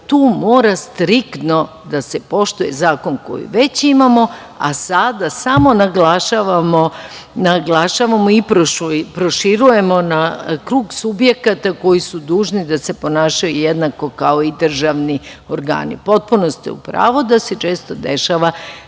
tu mora striktno da se poštuje zakon koji već imamo, a sada samo naglašavamo i proširujemo na krug subjekata koji su dužni da se ponašaju jednako kao i državni organi. Potpuno ste u pravu da se često dešava